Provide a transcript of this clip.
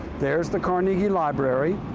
there's the carnegie library,